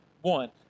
One